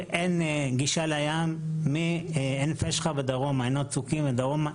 אין גישה לים מעין-פשחה ודרומה.